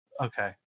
okay